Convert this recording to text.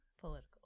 political